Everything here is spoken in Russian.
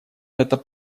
это